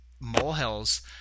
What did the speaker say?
molehills